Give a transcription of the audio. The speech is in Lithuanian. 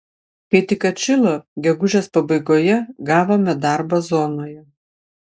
kai tik atšilo gegužės pabaigoje gavome darbą zonoje